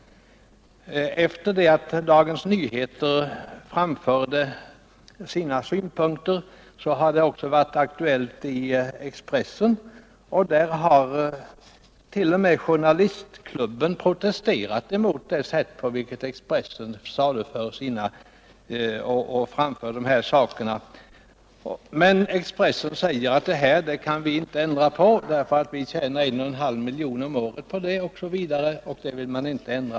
Efter det att Dagens Nyheter framförde sina synpunkter har denna fråga också varit aktuell i Expressen, där t.o.m. journalistklubben protesterade mot det sätt på vilket Expressen framförde annonser av det här slaget. Expressen sade emellertid att man inte ville ändra på förhållandena därför att man tjänade en och en halv miljon om året på just denna annonsering.